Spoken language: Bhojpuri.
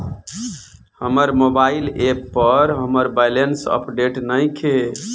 हमर मोबाइल ऐप पर हमर बैलेंस अपडेट नइखे